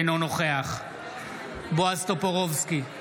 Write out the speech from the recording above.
אינו נוכח בועז טופורובסקי,